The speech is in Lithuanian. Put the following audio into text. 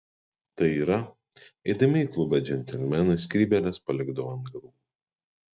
tai yra eidami į klubą džentelmenai skrybėles palikdavo ant galvų